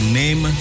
name